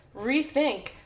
Rethink